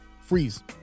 freeze